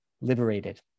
liberated